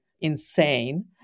insane